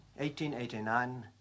1889